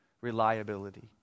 reliability